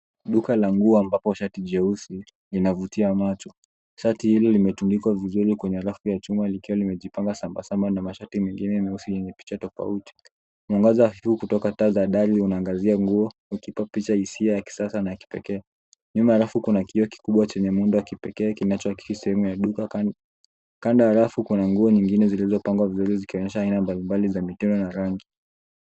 Duka la nguo ambapo shati jeusi linavutia macho. Shati hili limetunikwa vizuri kwenye rafu ya chuma likiwa limejipangwa sambasamba na mashati mwengine meusi yenye picha tofauti. Mwangaza huu kutoka taa za ndani unaangazia ngu ukipopiza hisia ya kisasa na kipekee. Nyuma ya rafuu kuna kioo kikubwa cha kipekee kinachoakisi sehemu ya duka. Kando ya rafu kuna nguo mbalimbali zilizopangwa zikionyesha aina mbalimbali za mitindo na rangi.